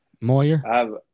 Moyer